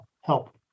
help